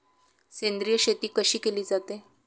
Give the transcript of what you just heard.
सेंद्रिय शेती कशी केली जाते?